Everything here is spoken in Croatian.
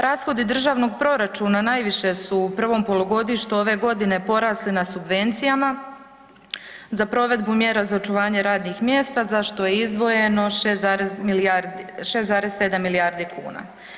Rashodi državnog proračuna najviše su u prvom polugodištu ove godine porasli na subvencijama za provedbu mjera za očuvanje radnih mjesta za što je izdvojeno 6 zarez milijardi, 6,7 milijardi kuna.